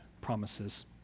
promises